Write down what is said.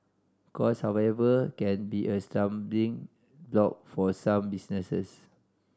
cost however can be a stumbling block for some businesses